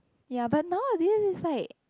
ya but nowadays is like